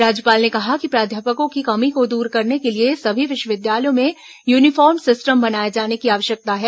राज्यपाल ने कहा कि प्राध्यापकों की कमी को दूर करने के लिए सभी विश्वविद्यालयों में यूनिफार्म सिस्टम बनाए जाने की आवश्यकता है